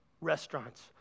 restaurants